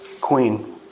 queen